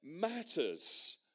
matters